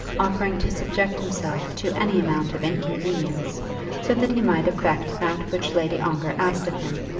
offering to subject himself to any amount of inconvenience so that he might effect that which lady ongar asked of him.